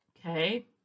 Okay